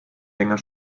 länger